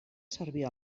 servir